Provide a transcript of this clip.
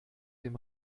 dem